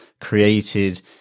created